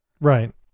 Right